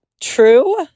true